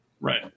Right